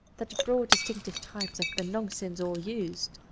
that the broad distinctive types have been long since all used.